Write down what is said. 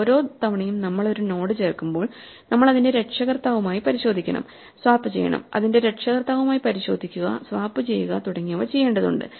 ഓരോ തവണയും നമ്മൾ ഒരു നോഡ് ചേർക്കുമ്പോൾ നമ്മൾ അതിന്റെ രക്ഷകർത്താവുമായി പരിശോധിക്കണം സ്വാപ്പ് ചെയ്യണം അതിന്റെ രക്ഷകർത്താവുമായി പരിശോധിക്കുക സ്വാപ്പ് ചെയ്യുക തുടങ്ങിയവ ചെയ്യേണ്ടതുണ്ട്